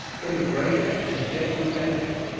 immigration and degradation.